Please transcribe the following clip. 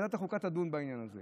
ועדת החוקה תדון בעניין הזה,